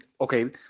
okay